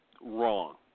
wrong